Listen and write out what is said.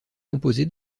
composé